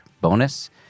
bonus